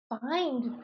find